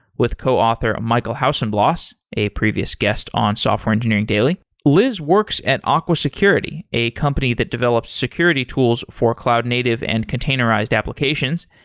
with coauthor, michael hausenblas, a previous guest on software engineering daily. liz works at aqua security, a company that develops security tools for cloud native and containerized applications.